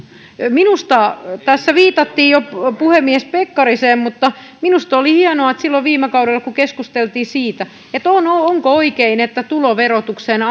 minusta tässä viitattiin jo puhemies pekkariseen oli hienoa että silloin viime kaudella kun keskusteltiin siitä onko oikein että tuloverotukseen